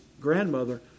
grandmother